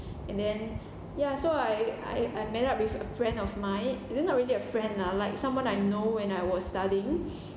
and then ya so I I I met up with a friend of mine it's not really a friend lah like someone I know when I was studying